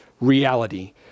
reality